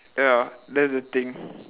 ya that's the thing